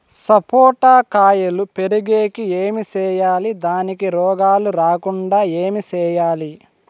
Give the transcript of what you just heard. సపోట కాయలు పెరిగేకి ఏమి సేయాలి దానికి రోగాలు రాకుండా ఏమి సేయాలి?